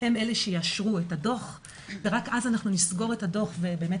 הם אלה שיאשרו את הדו"ח ורק אז אנחנו נסגור את הדו"ח ובאמת